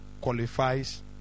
qualifies